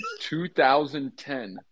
2010